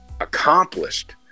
accomplished